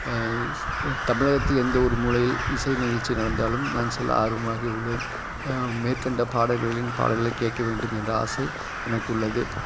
தமிழகத்தில் எந்த ஒரு மூலையில் இசை நிகழ்ச்சி நடந்தாலும் நான் செல்ல ஆர்வமாக உள்ளேன் மேற்கண்ட பாடகர்களின் பாடலை கேட்க வேண்டும் என்ற ஆசை எனக்கு உள்ளது